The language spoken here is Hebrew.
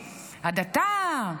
הדתה,